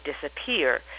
disappear